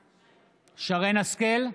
השכל,